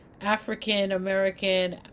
African-American